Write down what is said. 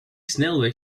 snelweg